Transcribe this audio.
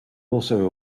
also